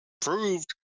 proved